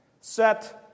set